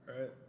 right